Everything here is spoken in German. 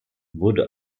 wurde